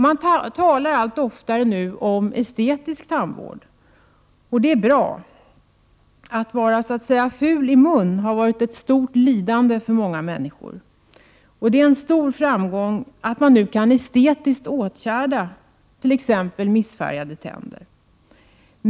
Man talar allt oftare om estetisk tandvård. Det är bra. Att vara ful i mun har varit ett stort lidande för många. Det är en stor framgång att man nu kan estetiskt åtgärda t.ex. missfärgade tänder.